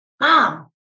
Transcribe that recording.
mom